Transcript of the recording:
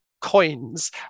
coins